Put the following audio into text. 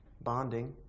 bonding